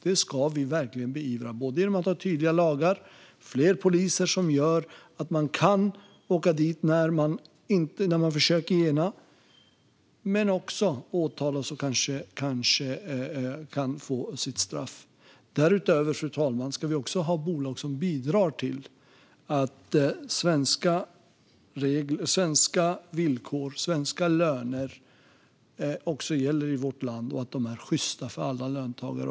Det ska vi verkligen beivra genom att ha tydliga lagar och fler poliser som gör att de som försöker gena kan åka dit och kanske också åtalas och få sitt straff. Därutöver, fru talman, ska vi ha bolag som bidrar till att svenska villkor och löner gäller i vårt land och är sjysta för alla löntagare.